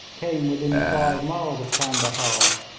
came within five miles of candahar,